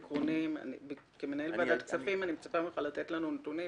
כמנהל ועדת כספים, לתת נתונים